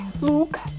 Luke